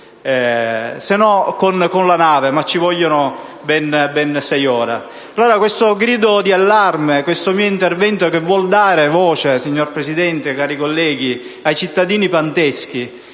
con la nave, ma ci vogliono ben sei ore. Allora, questo grido di allarme, questo mio intervento che vuol dare voce, signor Presidente, cari colleghi, ai cittadini panteschi,